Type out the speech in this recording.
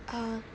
ah